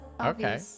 okay